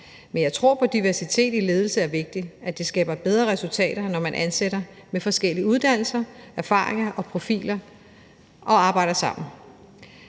Men jeg tror på, at diversitet i ledelse er vigtig, og at det skaber bedre resultater, når man ansætter med forskellige uddannelser, erfaringer og profiler og arbejder sammen.